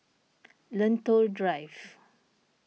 Lentor Drive